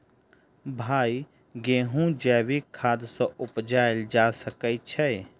भाई गेंहूँ जैविक खाद सँ उपजाल जा सकै छैय?